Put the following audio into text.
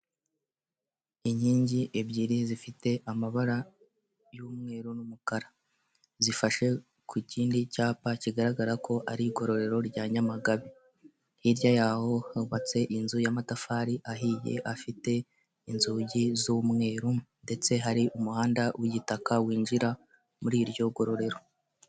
Inkingi ebyiri zifite amabara y'umweru n'umukara zifashe ku kindi cyapa kigaragara ko ari igororero rya Nyamagabe, hirya y'aho hubatse inzu y'amatafari ahiye afite inzugi z'umweru ndetse hari umuhanda w'igitaka winjira muri iryo gororero.